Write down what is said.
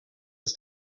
das